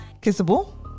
Kissable